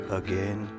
again